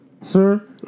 sir